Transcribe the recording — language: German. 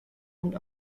und